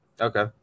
Okay